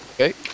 Okay